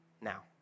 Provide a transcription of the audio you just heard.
now